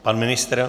Pan ministr?